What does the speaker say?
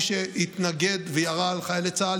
מי שהתנגד וירה על חיילי צה"ל,